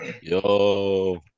Yo